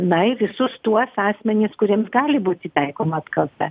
na į visus tuos asmenis kuriems gali būti taikoma apkalta